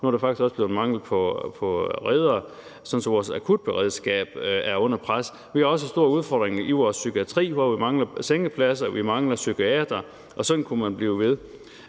nu er der faktisk også blevet mangel på reddere, sådan at vores akutberedskab er under pres. Vi har også store udfordringer i vores psykiatri, hvor vi mangler sengepladser og mangler psykiatere. Og sådan kunne man blive ved.